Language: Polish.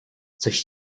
coś